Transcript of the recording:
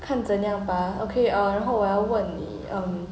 看怎样吧 okay ah 然后我要问你 um